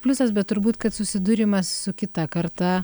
pliusas bet turbūt kad susidūrimas su kita karta